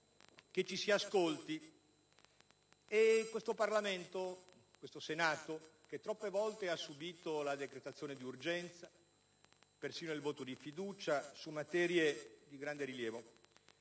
che ci si ascolti e che questo Senato, che troppe volte ha subìto la decretazione d'urgenza, persino il voto di fiducia su materie di grande rilievo,